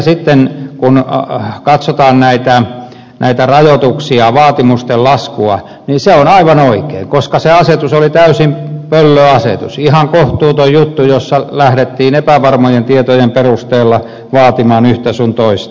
sitten kun katsotaan näitä rajoituksia vaatimusten laskua se on aivan oikein koska se asetus oli täysin pöllö asetus ihan kohtuuton juttu jossa lähdettiin epävarmojen tietojen perusteella vaatimaan yhtä sun toista